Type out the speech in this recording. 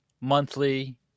monthly